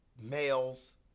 males